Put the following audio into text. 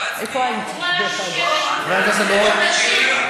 חבר הכנסת אורן,